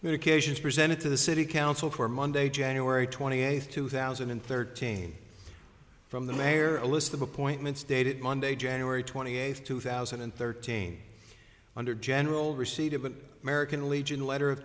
communications presented to the city council for monday january twenty eighth two thousand and thirteen from the mayor a list of appointments dated monday january twenty eighth two thousand and thirteen under general receipt of an american legion letter of